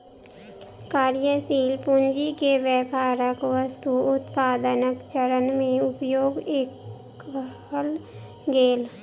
कार्यशील पूंजी के व्यापारक वस्तु उत्पादनक चरण में उपयोग कएल गेल